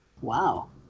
Wow